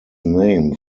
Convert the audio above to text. name